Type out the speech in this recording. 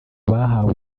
bahawe